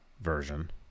version